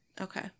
Okay